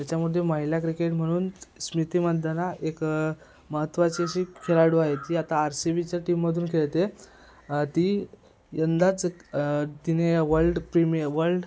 त्याच्यामध्ये महिला क्रिकेट म्हणून स्मृती मंदाना एक महत्वाची अशी खेळाडू आहे ती आता आर सी बीच्या टीममधून खेळते ती यंदाच तिने वर्ल्ड प्रिमिय वर्ल्ड